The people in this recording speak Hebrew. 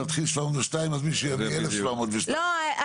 אבל להתחיל 702 אז מישהו יביא 1,702. לא,